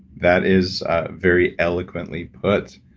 that is ah very eloquently put.